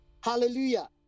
Hallelujah